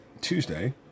Tuesday